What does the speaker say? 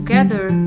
Together